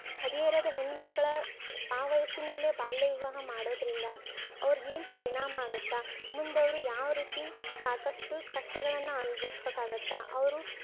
ಹದಿಹರೆಯದ ಹೆಣ್ಣು ಮಕ್ಕಳ ಆ ವಯಸ್ಸಿನಲ್ಲೇ ಬಾಲ್ಯ ವಿವಾಹ ಮಾಡೋದರಿಂದ ಅವರ್ಗೇನು ಪರಿಣಾಮಾಗುತ್ತೆ ಮುಂದೆ ಅವರು ಯಾವ ರೀತಿ ಸಾಕಷ್ಟು ಕಷ್ಟಗಳನ್ನು ಅನುಭವಿಸ್ಬೇಕಾಗುತ್ತೆ ಅವರು